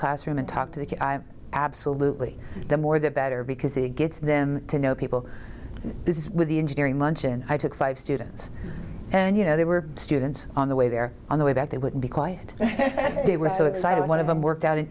classroom and talk to the absolutely the more the better because it gets them to know book this is with the engineering luncheon i took five students and you know there were students on the way there on the way back they would be quiet they were so excited one of them worked out an